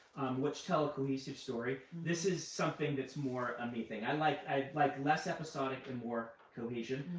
which tell a cohesive story. this is something that's more me thing. i like i like less episodic and more cohesion.